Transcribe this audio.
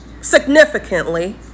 significantly